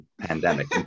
pandemic